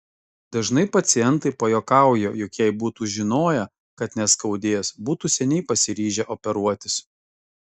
dažnai pacientai pajuokauja jog jei būtų žinoję kad neskaudės būtų seniai pasiryžę operuotis